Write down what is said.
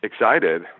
excited